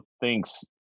thanks